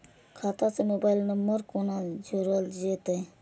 खाता से mobile number कोना जोरल जेते?